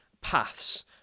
paths